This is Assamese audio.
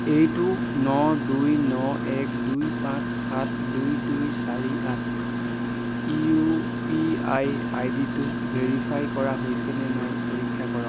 এইটো ন দুই ন এক দুই পাঁচ সাত দুই দুই চাৰি আঠ ইউ পি আই আই ডিটো ভেৰিফাই কৰা হৈছেনে নাই পৰীক্ষা কৰক